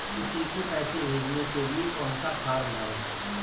किसी को पैसे भेजने के लिए कौन सा फॉर्म भरें?